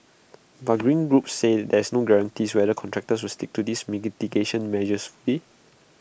but green groups say these no guarantees whether contractors will stick to these mitigation measures fully